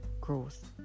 growth